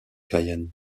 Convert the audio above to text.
cayenne